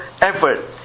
effort